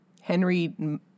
Henry